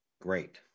Great